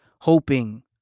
Hoping